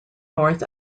north